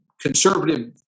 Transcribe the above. conservative